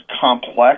complex